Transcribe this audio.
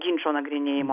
ginčo nagrinėjimo